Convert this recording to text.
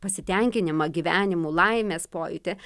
pasitenkinimą gyvenimu laimės pojūtį